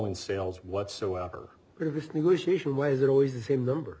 in sales whatsoever previous negotiation ways are always the same number